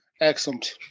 Excellent